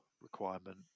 requirement